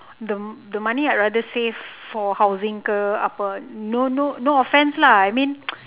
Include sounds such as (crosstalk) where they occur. the the money I rather save for housing ke apa no no no offence lah I mean (noise)